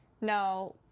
now